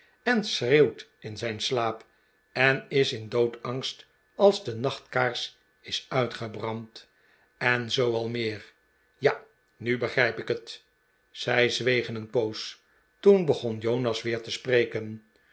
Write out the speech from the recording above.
en schreeuwt in zijn slaap en is in doodsangst als de nachtkaars is uitgebrand en zoo al meer ja nu begrijp ik het zij zwegen een poos toen begon jonas weer te spreken